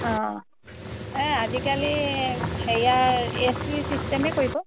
অঁ এই আজিকালি হেৰিয়াৰ এ চি চিষ্টেমেই কৰিব